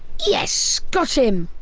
yes! got him!